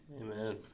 Amen